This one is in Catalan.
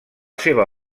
seva